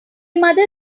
mother